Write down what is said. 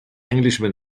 englishman